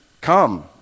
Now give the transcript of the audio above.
come